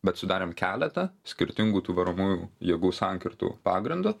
bet sudarėm keletą skirtingų tų varomųjų jėgų sankirtų pagrindu